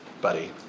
buddy